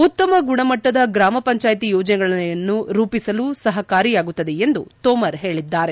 ಉತ್ತಮ ಗುಣಮಟ್ನದ ಗ್ರಾಮ ಪಂಚಾಯಿತಿ ಯೋಜನೆಗಳನ್ನು ರೂಪಿಸಲು ಸಹಕಾರಿಯಾಗುತ್ತದೆ ಎಂದು ತೋಮರ್ ಹೇಳಿದ್ದಾರೆ